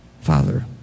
Father